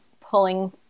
pulling